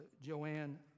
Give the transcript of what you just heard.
Joanne